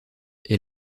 est